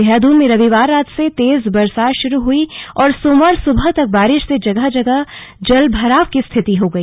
देहरादून में रविवार रात से तेज बरसात शुरु हुई और सोमवार सुबह तक बारिश से जगह जगह जलभराव की स्थिति हो गई